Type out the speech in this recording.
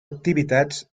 activitats